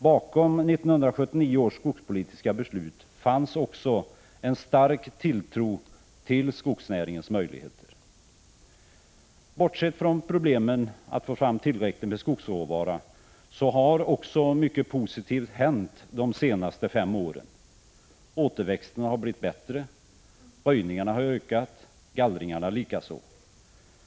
Bakom 1979 års skogspolitiska beslut fanns det också en stark tilltro till skogsnäringens möjligheter. Bortsett från problemen att få fram tillräckligt med skogsråvara har mycket positivt hänt de senaste fem åren. Återväxten har blivit bättre, röjningarna har ökat, gallringarna likaså.